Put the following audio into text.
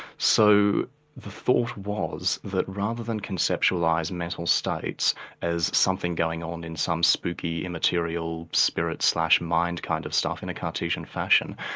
so the thought was that, rather than conceptualising mental states as something going on in some spooky immaterial spirit mind kind of stuff in a cartesian fashion,